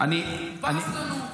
במשך שנים הצבא בז לנו,